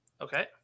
Okay